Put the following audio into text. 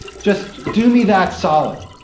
just do me that solid.